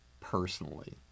personally